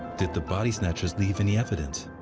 did the body snatchers leave any evidence?